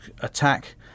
attack